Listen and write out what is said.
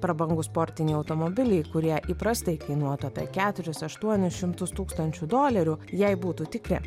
prabangūs sportiniai automobiliai kurie įprastai kainuotų apie keturis aštuonis šimtus tūkstančių dolerių jei būtų tikri